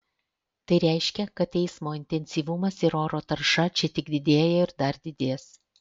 tai reiškia kad eismo intensyvumas ir oro tarša čia tik didėja ir dar didės